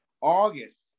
August